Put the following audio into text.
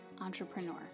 entrepreneur